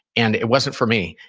and it wasn't for me.